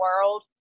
world